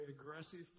aggressive